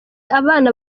abana